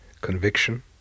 conviction